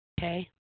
Okay